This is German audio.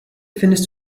findest